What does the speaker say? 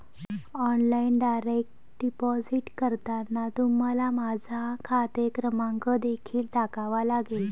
online direct deposit करताना तुम्हाला माझा खाते क्रमांक देखील टाकावा लागेल